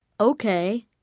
Okay